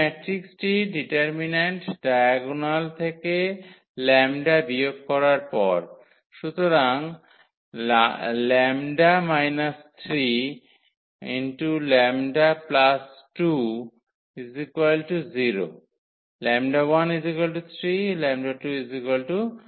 এই ম্যাট্রিক্সটির determinant diagonal থেকে 𝜆 বিয়োগ করার পর সুতরাং ⟹ 𝜆 3 𝜆 2 0 ⟹ 𝜆1 3 𝜆2 −2